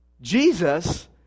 Jesus